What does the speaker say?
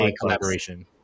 collaboration